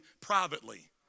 privately